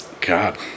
god